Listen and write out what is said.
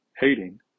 hating